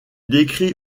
décrit